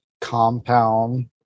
compound